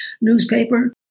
newspaper